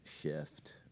shift